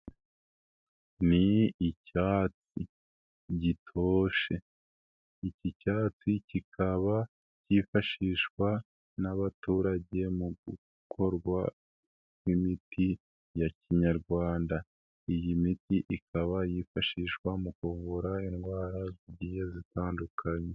Ni icyatsi gitoshe, iki cyatsi kikaba cyifashishwa n'abaturage mu gukorwa kw'imiti ya kinyarwanda, iyi miti ikaba yifashishwa mu kuvura indwara zigiye zitandukanye.